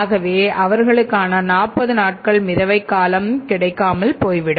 ஆகவே அவர்ளுக்கான 40 நாட்கள் மிதவை காலம் கிடைக்காமல் போய்விடும்